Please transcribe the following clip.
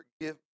forgive